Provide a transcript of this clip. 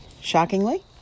Shockingly